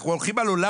אנחנו יודעים.